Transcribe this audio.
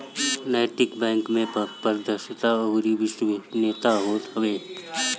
नैतिक बैंक में पारदर्शिता अउरी विश्वसनीयता होत हवे